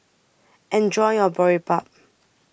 Enjoy your Boribap